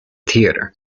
theatre